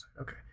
Okay